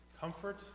comfort